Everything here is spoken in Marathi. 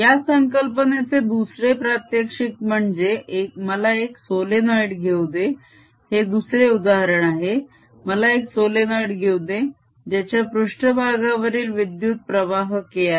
या संकल्पनेचे दुसरे प्रात्यक्षिक म्हणजे मला एक सोलेनोइड घेऊ दे हे दुसरे उदाहरण आहे मला एक सोलेनोइड घेऊ दे ज्याच्या पृष्ट्भागावरील विद्युत प्रवाह K आहे